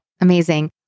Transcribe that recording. Amazing